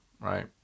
right